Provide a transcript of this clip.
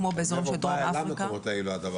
כמו באזורים של דרום אפריקה --- מאיפה זה בא?